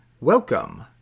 Welcome